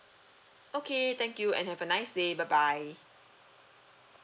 okay thank you and have a nice day bye bye